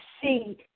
see